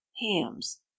Hams